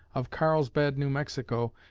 of carlsbad, new mexico,